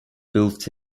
built